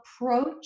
approach